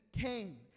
came